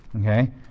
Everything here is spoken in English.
Okay